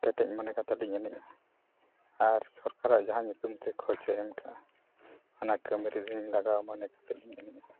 ᱠᱮᱴᱮᱡ ᱢᱚᱱᱮ ᱠᱟᱛᱮᱫ ᱞᱤᱧ ᱮᱱᱮᱡᱟ ᱟᱨ ᱥᱚᱨᱠᱟᱨ ᱡᱟᱦᱟᱸ ᱧᱩᱛᱩᱢᱛᱮ ᱠᱷᱚᱨᱪᱟᱭ ᱮᱢ ᱠᱟᱜᱼᱟ ᱚᱱᱟ ᱠᱟᱹᱢᱤ ᱨᱮᱞᱤᱧ ᱞᱟᱜᱟᱣᱟ ᱢᱚᱱᱮ ᱠᱟᱛᱮᱫ ᱞᱤᱧ ᱮᱱᱮᱡᱼᱟ